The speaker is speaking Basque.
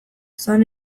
izan